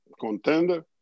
contender